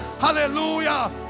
Hallelujah